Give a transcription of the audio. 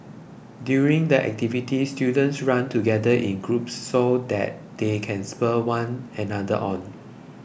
during the activity students run together in groups so that they can spur one another on